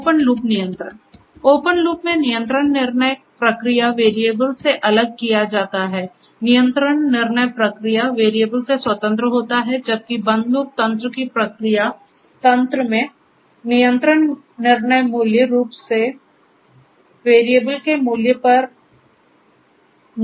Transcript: open loop नियंत्रण open loop में नियंत्रण निर्णय प्रक्रिया वेरिएबल से अलग किया जाता है नियंत्रण निर्णय प्रक्रिया वेरिएबल से स्वतंत्र होता है जबकि बंद लूप तंत्र की प्रतिक्रिया तंत्र में नियंत्रण निर्णय मूल रूप से प्रक्रिया वेरिएबल के मूल्य पर निर्भर होता होता है